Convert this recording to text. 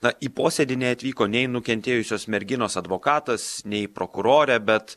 na į posėdį neatvyko nei nukentėjusios merginos advokatas nei prokurorė bet